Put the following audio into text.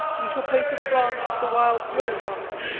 we shall place a branch of the wild rose on it.